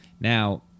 Now